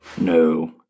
No